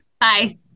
Bye